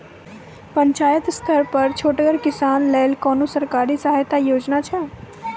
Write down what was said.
पंचायत स्तर पर छोटगर किसानक लेल कुनू सरकारी सहायता योजना छै?